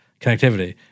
Connectivity